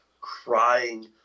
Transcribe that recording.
crying